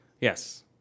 Yes